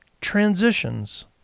transitions